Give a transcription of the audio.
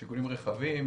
רחבים,